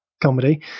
comedy